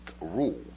rule